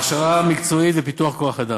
הכשרה מקצועית ופיתוח כוח-אדם: